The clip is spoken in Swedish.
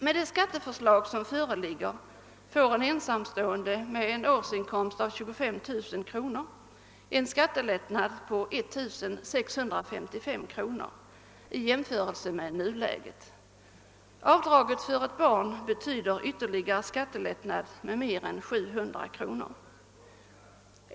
Med det skatteförslag som föreligger får en ensamstående med en årsinkomst på 25000 kronor en skattelättnad på 1655 kronor i jämförelse med nuläget. Avdraget för ett barn betyder en ytterligare skattelättnad på mer än 700 kronor.